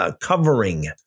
covering